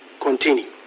continue